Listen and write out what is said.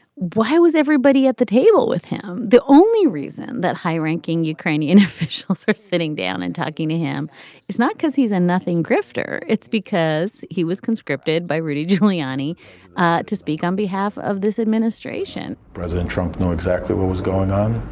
why was everybody at the table with him? the only reason that high ranking ukrainian officials were sitting down and talking to him is not because he's a nothing grifter. it's because he was conscripted by rudy giuliani to speak on behalf of this administration president trump know exactly what was going on.